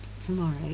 tomorrow